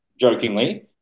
jokingly